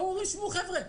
הם אומרים: שמעו חבר'ה,